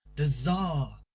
the czar.